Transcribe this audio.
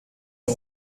een